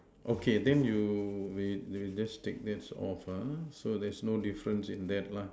okay then you may may just take that off ah so there is no difference in that lah